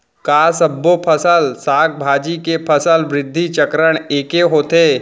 का सबो फसल, साग भाजी के फसल वृद्धि चरण ऐके होथे?